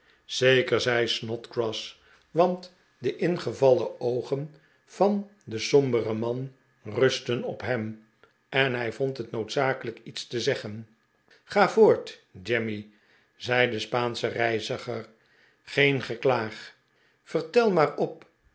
zeker zei snodgrass want de ingevallen oogen van den somberen man rustten op hem en hij vond het noodzakelijk iets te zeggen ga voort jemmy zei de spaansche reiziger geen geklaag vertel maar op